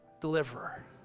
deliverer